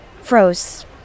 froze